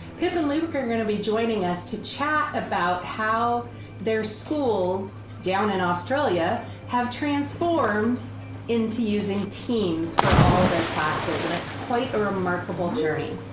pip and luke are gonna be joining us to chat about how their schools down in australia have transformed into using teams for all their classes and it's quite a remarkable journey.